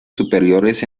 superiores